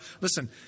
listen